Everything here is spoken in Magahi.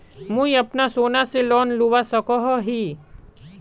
मुई अपना सोना से लोन लुबा सकोहो ही?